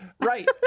Right